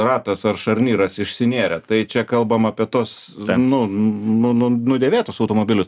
ratas ar šarnyras išsinėrė tai čia kalbam apie tuos nu nu nudėvėtus automobilius